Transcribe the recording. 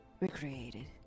recreated